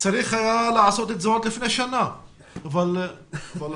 היה צריך לעשות את זה לפני שנה אבל עכשיו,